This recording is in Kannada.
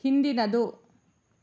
ಹಿಂದಿನದು